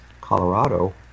Colorado